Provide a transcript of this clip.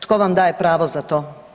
Tko vam daje pravo za to?